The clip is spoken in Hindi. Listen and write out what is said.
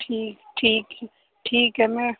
ठीक ठीक है ठीक है मैं